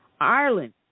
Ireland